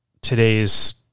today's